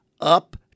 up